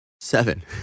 Seven